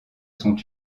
sont